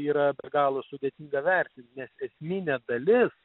yra be galo sudėtinga vertint nes esminė dalis